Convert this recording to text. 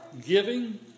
giving